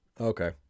okay